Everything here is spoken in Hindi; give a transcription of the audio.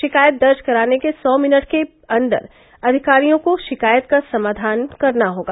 शिकायत दर्ज कराने के सौ मिनट के अन्दर अधिकारियों को शिकायत का समाधान करना होगा